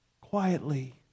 quietly